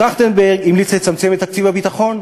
טרכטנברג המליץ לצמצם את תקציב הביטחון,